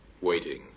waiting